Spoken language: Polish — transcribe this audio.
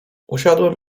usiadłem